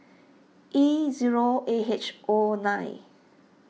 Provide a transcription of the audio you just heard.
E zero A H O nine